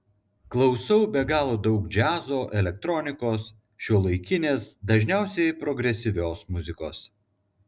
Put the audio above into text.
klausau be galo daug džiazo elektronikos šiuolaikinės dažniausiai progresyvios muzikos